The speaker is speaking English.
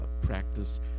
practice